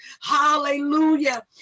hallelujah